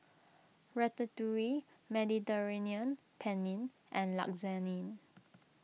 Ratatouille Mediterranean Penne and Lasagne